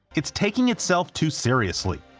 it's taking itself too seriously.